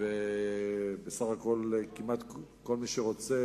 ובסך הכול כמעט כל מי שרוצה,